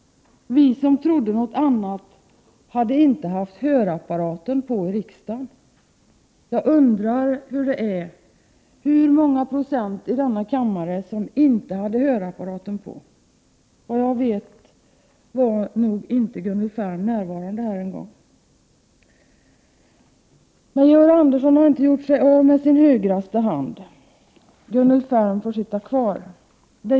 Vi som trodde något annat hade inte haft hörapparaten på i riksdagen. Jag undrar hur många procent av ledamöterna här i kammaren som inte hade hörapparaten på. Såvitt jag vet var Gunnel Färm inte ens närvarande här. Georg Andersson har inte gjort sig av med sin högra hand, utan Gunnel Färm får sitta kvar.